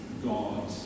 God